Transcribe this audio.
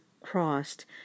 crossed